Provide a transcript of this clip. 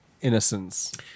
innocence